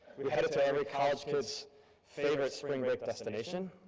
we we headed to every college kid's favorite spring break destination,